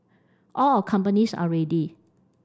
all our companies are ready